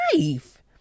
life